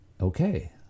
Okay